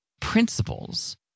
principles